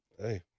hey